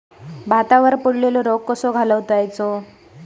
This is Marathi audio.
भातावर पडलेलो रोग कसो घालवायचो?